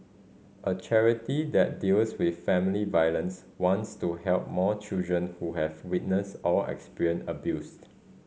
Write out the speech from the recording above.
a charity that deals with family violence wants to help more children who have witnessed or experienced abuse